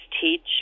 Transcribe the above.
teach